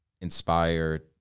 inspired